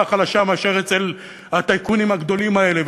החלשה מאשר אצל הטייקונים הגדולים האלה.